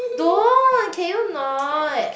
don't can you not